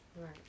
Right